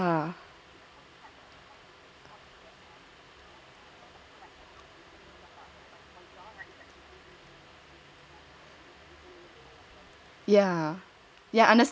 yeah